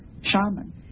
shaman